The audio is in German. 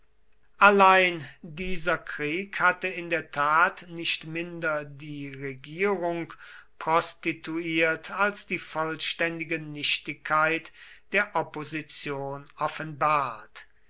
allein dieser krieg hatte in der tat nicht minder die regierung prostituiert als die vollständige nichtigkeit der opposition offenbart